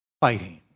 fighting